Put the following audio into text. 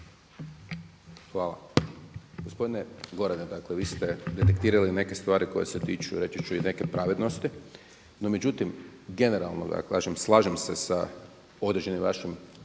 Hvala. Gospodine Gorane, dakle vi ste detektirali neke stvari koje se tiču reći ću i neke pravednosti. No međutim, generalno da kažem, slažem se sa određenim vašim